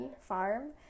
farm